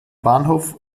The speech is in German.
bahnhof